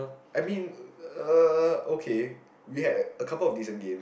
I mean uh okay we had a couple of decent games